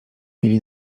mieli